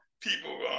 people